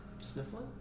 sniffling